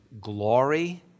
glory